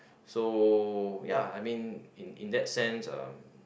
so ya I mean in in that sense uh